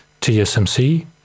TSMC